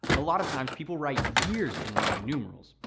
a lot of times, people write years in roman numerals.